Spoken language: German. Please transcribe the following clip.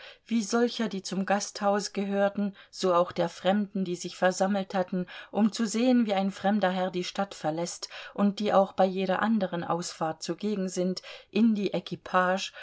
wie solcher die zum gasthaus gehörten so auch der fremden die sich versammelt hatten um zu sehen wie ein fremder herr die stadt verläßt und die auch bei jeder anderen ausfahrt zugegen sind in die